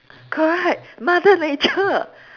correct mother nature